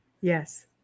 Yes